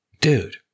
dude